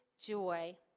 joy